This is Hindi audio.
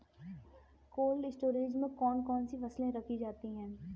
कोल्ड स्टोरेज में कौन कौन सी फसलें रखी जाती हैं?